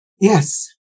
Yes